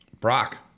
Brock